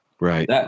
Right